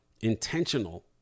intentional